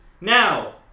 Now